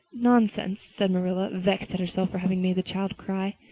nonsense, said marilla, vexed at herself for having made the child cry.